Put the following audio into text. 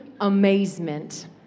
amazement